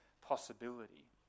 possibility